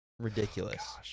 ridiculous